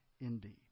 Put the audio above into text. indeed